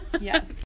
Yes